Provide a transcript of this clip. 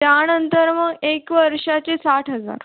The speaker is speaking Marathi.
त्यानंतर मग एक वर्षाचे साठ हजार